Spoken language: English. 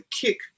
kick